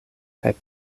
kaj